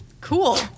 Cool